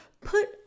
put